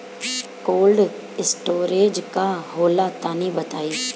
Cold storage का होला तनि बताई?